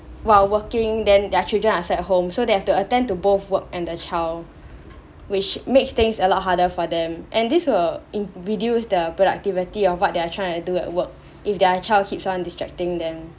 while working then their children are sat at home so they have to attend to both work and the child which makes things a lot harder for them and this will reduce the productivity of what they're trying to do at work if their child keeps on distracting them